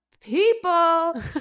people